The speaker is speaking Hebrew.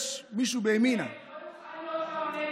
יש מישהו בימינה, פירר לא יוכל להיות פרמדיק.